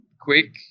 quick